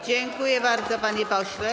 Dziękuję bardzo, panie pośle.